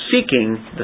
seeking